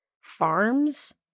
farms